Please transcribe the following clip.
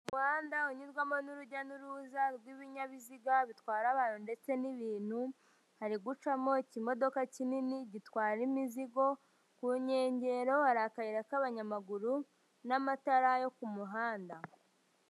Umuhanda unyurwamo n'urujya n'uruza rw'ibinyabiziga bitwara abantu ndetse n'ibintu, hari gucamo ikimodoka kinini, gitwara imizigo, ku nkengero hari akayira k'abanyamaguru n'amatara yo ku muhanda.